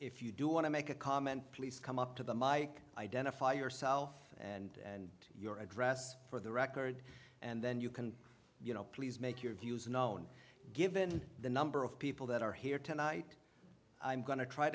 if you do want to make a comment please come up to the mike identify yourself and your address for the record and then you can you know please make your views known given the number of people that are here tonight i'm going t